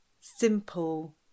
simple